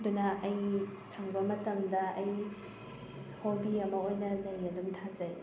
ꯑꯗꯨꯅ ꯑꯩ ꯁꯪꯕ ꯃꯇꯝꯗ ꯑꯩ ꯍꯣꯕꯤ ꯑꯃ ꯑꯣꯏꯅ ꯂꯩ ꯑꯗꯨꯝ ꯊꯥꯖꯩ